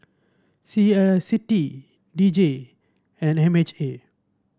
C I D J and M H A